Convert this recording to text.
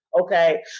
Okay